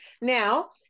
now